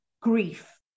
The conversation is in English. grief